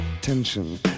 tension